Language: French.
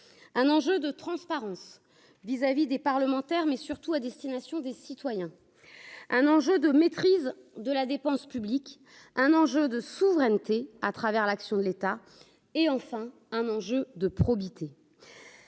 un enjeu de transparence vis-à-vis des parlementaires, mais surtout à destination des citoyens, un enjeu de maîtrise de la dépense publique, un enjeu de souveraineté à travers l'action de l'État, et enfin un enjeu de probité.